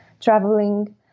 traveling